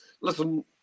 listen